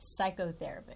psychotherapist